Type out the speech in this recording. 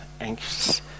anxious